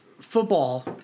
football